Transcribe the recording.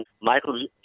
Michael